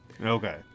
Okay